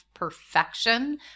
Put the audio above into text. perfection